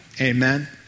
Amen